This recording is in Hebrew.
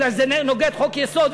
מפני שזה נוגד חוק-יסוד,